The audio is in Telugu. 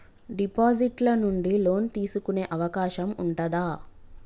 డిపాజిట్ ల నుండి లోన్ తీసుకునే అవకాశం ఉంటదా?